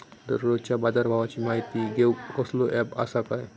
दररोजच्या बाजारभावाची माहिती घेऊक कसलो अँप आसा काय?